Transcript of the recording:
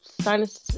sinus